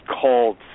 called